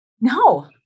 No